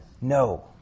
No